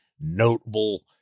notable